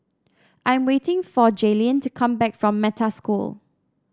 I'm waiting for Jaylyn to come back from Metta School